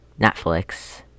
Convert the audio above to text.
Netflix